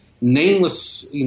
nameless